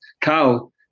Carl